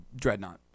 Dreadnought